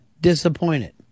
disappointed